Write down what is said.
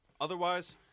otherwise